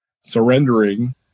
surrendering